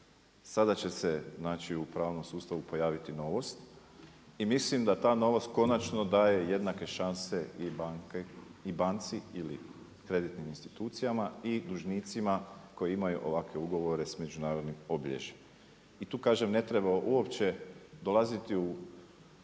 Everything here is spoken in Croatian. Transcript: Sada će se u pravnom sustavu pojaviti novost i mislim da ta novost konačno daje jednake šanse i banci ili kreditnim institucijama i dužnicima koji imaju ovakve ugovore s međunarodnim obilježjem. I tu kažem ne treba uopće dolaziti u